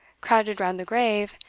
crowded round the grave,